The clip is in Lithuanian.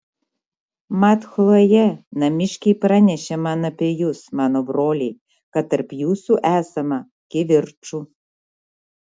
mat chlojė namiškiai pranešė man apie jus mano broliai kad tarp jūsų esama kivirčų